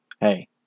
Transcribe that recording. hey